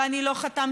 ואני לא חתמתי,